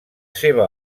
seva